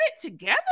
together